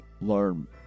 learn